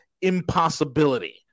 impossibility